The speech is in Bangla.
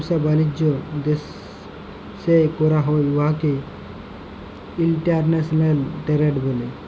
যে ব্যবসা বালিজ্য বিদ্যাশে ক্যরা হ্যয় উয়াকে ইলটারল্যাশলাল টেরেড ব্যলে